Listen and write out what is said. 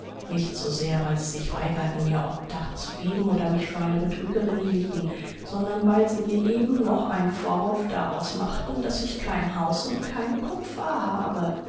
nicht so sehr weil sie sich weigerten mir obdach zu geben oder mich für eine betrügerin hielten sondern weil sie mir eben noch einen vorwurf daraus machten daß ich kein haus und kein kupfer habe